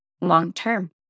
long-term